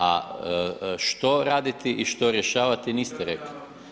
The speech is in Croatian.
A što raditi i što rješavati, niste rekli.